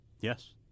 Yes